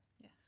Yes